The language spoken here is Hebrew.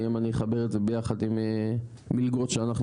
אני אחבר את זה ביחד עם מלגות שאנחנו